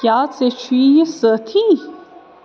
کیٛاہ ژےٚ چُھیہِ یہِ سٲتھی